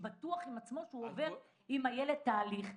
בטוח עם עצמו שהוא עובר עם הילד תהליך.